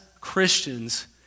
Christians